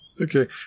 Okay